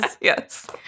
Yes